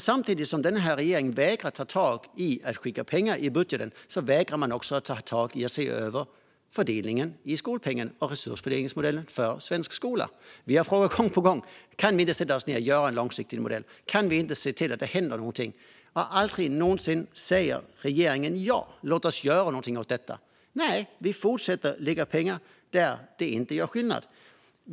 Samtidigt som den här regeringen vägrar att ta tag i att skicka pengar i budgeten vägrar man också att ta tag i att se över fördelningen i skolpengen och resursfördelningsmodellen för svensk skola. Vi har frågat gång på gång: Kan vi inte sätta oss ned och göra en långsiktig modell? Kan vi inte se till att det händer någonting? Aldrig någonsin säger regeringen: Ja, låt oss göra någonting åt detta. Nej, vi fortsätter att lägga pengar där det inte gör skillnad.